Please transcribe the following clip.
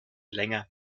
länger